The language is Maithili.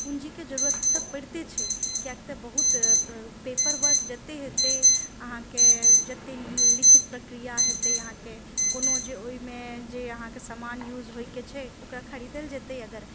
पूँजीके जरूरत तऽ पड़िते छै किएक तऽ बहुत पेपर वर्क जते हेतय अहाँके जते लिखित प्रक्रिया हेतय अहाँके कोनो जे ओइमे जे अहाँके सामान यूज होइके छै ओकरा खरीदल जेतय अगर